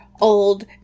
old